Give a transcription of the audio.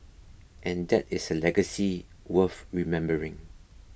and that is a legacy worth remembering